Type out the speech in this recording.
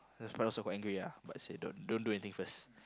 the brother also quite angry ah but say don't don't do anything first